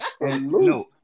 no